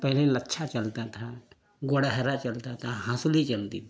पहले लच्छा चलता था गोर्हरा चलता था हंसली चलती थी